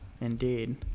Indeed